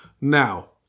Now